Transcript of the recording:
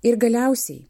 ir galiausiai